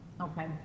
okay